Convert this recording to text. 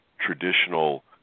traditional